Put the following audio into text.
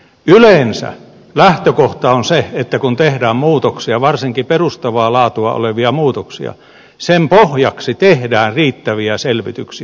yleensä lähtökohta on se että kun tehdään muutoksia varsinkin perustavaa laatua olevia muutoksia sen pohjaksi tehdään riittäviä selvityksiä